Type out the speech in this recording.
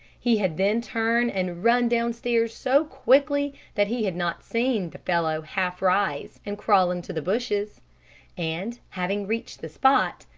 he had then turned and run downstairs so quickly that he had not seen the fellow half-rise and crawl into the bushes and, having reached the spot,